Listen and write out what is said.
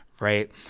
right